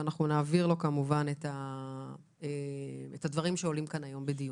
ואנחנו נעביר לו כמובן את הדברים שעולים כאן היום בדיון,